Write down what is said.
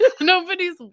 nobody's